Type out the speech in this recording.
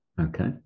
Okay